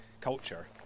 culture